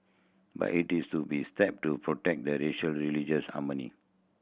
but it is to be step to protect the racial religious harmony